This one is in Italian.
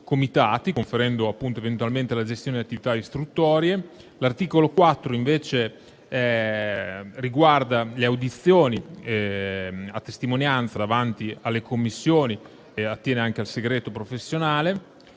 conferendo loro la gestione di attività istruttorie. L'articolo 4 riguarda le audizioni a testimonianza davanti alla Commissione e attiene anche al segreto professionale.